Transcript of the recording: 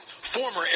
Former